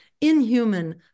inhuman